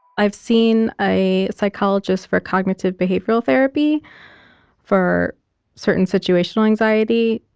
i've seen a psychologist for cognitive behavioral therapy for certain situational anxiety,